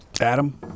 Adam